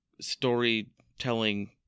storytelling